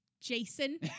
Jason